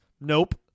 nope